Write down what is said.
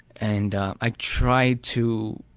and i tried to